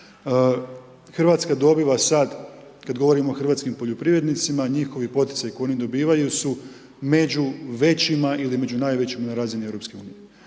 Hrvatska dobiva sad, kad govorimo o hrvatskim poljoprivrednicima, njihovi poticaji koji oni dobivaju su među većima ili među najvećima na razini